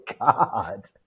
God